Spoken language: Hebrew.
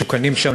משוכנים שם,